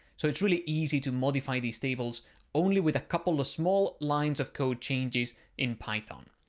so it's really easy to modify these tables only with a couple of small lines of code changes in python.